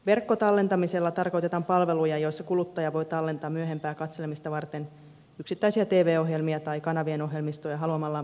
verkkotallentamisella tarkoitetaan palveluja joissa kuluttaja voi tallentaa myöhempää katselemista varten yksittäisiä tv ohjelmia tai kanavien ohjelmistoja haluamallaan päätelaitteella